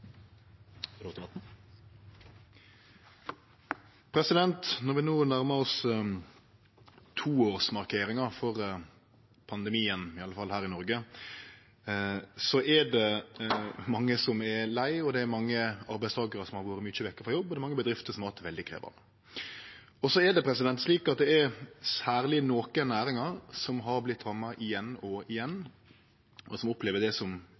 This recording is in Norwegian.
Når vi no nærmar oss toårsmarkeringa for pandemien, iallfall her i Noreg, er det mange som er leie, det er mange arbeidstakarar som har vore mykje vekk frå jobb, og det er mange bedrifter som har hatt det veldig krevjande. Så er det også slik at det er særleg nokre næringar som har vorte ramma igjen og igjen, og som opplever det som